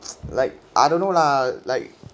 like I don't know lah like